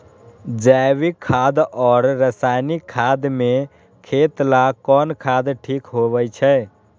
जैविक खाद और रासायनिक खाद में खेत ला कौन खाद ठीक होवैछे?